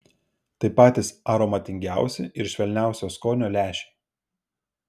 tai patys aromatingiausi ir švelniausio skonio lęšiai